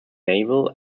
naval